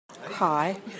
Hi